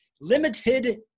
limited